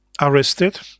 arrested